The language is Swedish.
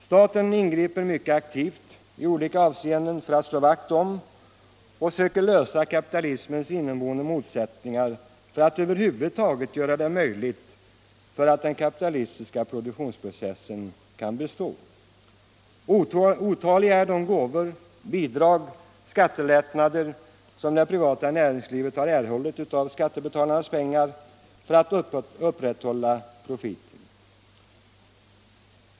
Staten ingriper mycket aktivt i olika avseenden för att slå vakt om och söka lösa kapitalismens inneboende motsättningar för att över huvud taget göra det möjligt för den kapitalistiska produktionsprocessen att bestå. Otaliga är de gåvor, bidrag och skattelättnader som det privata näringslivet har erhållit av skattebetalarnas pengar för att hålla profiten uppe.